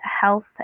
health